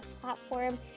platform